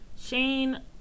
Shane